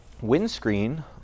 windscreen